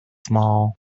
small